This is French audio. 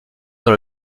dans